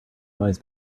eyes